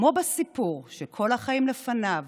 כמו בסיפור "כל החיים לפניו",